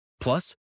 Plus